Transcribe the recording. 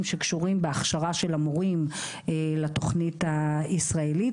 שקשורים בהכשרה של המורים לתכנית הישראלית,